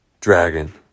dragon